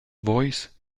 voice